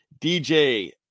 DJ